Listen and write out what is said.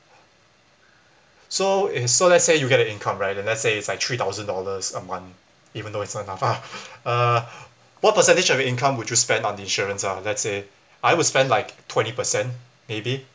so is so let's say you get an income right and let say it's like three thousand dollars a month even though it's not enough ah uh what percentage of your income would you spend on the insurance ah let's say I would spend like twenty percent maybe